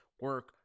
Work